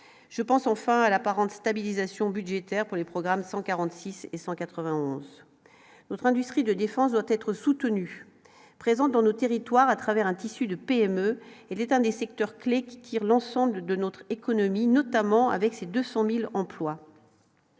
je pense enfin à l'apparente stabilisation budgétaire pour les programmes 146 et 191 notre industrie de défense doit être soutenu, présente dans le territoire à travers un tissu de PME et l'état des secteurs clés qui tire l'ensemble de notre économie, notamment avec ses 200000 emplois.